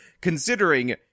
considering